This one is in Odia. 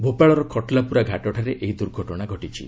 ଭୋପାଳର ଖଟଲାପୁରା ଘାଟଠାରେ ଏହି ଦୁର୍ଘଟଣା ଘଟିଛି